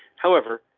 however,